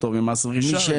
פטור ממס רכישה.